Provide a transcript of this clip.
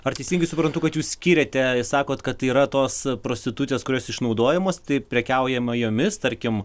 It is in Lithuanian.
ar teisingai suprantu kad jūs skiriate sakot kad yra tos prostitutės kurios išnaudojamos taip prekiaujama jomis tarkim